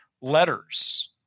letters